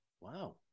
wow